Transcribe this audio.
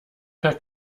per